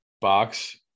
box